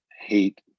hate